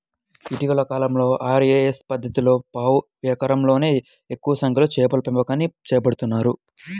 ఇటీవలి కాలంలో ఆర్.ఏ.ఎస్ పద్ధతిలో పావు ఎకరంలోనే ఎక్కువ సంఖ్యలో చేపల పెంపకాన్ని చేపడుతున్నారు